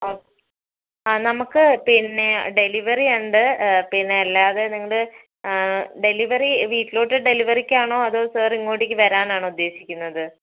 ആ നമുക്ക് പിന്നെ ഡെലിവറി ഉണ്ട് പിന്നെ അല്ലാതെ നിങ്ങൾ ആ ഡെലിവറി വീട്ടിലോട്ട് ഡെലിവറിക്കാണോ അതോ സാർ ഇങ്ങോട്ടേക്ക് വരാനാണോ ഉദ്ദേശിക്കുന്നത്